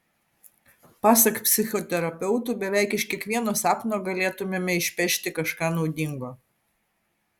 pasak psichoterapeutų beveik iš kiekvieno sapno galėtumėme išpešti kažką naudingo